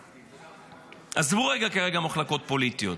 עזבו כרגע מחלוקות פוליטיות.